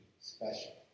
special